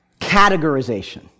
categorization